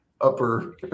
upper